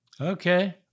Okay